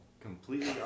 Completely